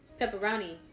pepperoni